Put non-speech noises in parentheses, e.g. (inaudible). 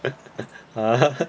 (laughs)